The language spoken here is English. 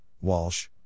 Walsh